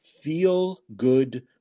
feel-good